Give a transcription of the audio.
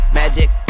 magic